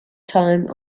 time